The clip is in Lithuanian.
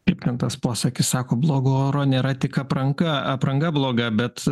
kaip ten tas posakis sako blogo oro nėra tik apranga apranga bloga bet